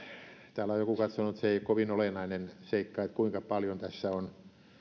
täällä on joku katsonut että se ei ole kovin olennainen seikka kuinka paljon on